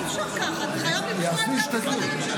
אני מציע כזה דבר: קודם כול זו הצעה שגם